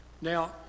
Now